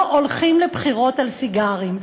לא הולכים לבחירות על סיגרים.